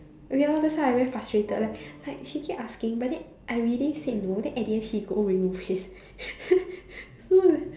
ya that's why I very frustrated like like she keep asking but then I already said no then at the end she go remove it